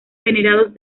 venerados